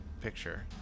picture